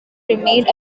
remained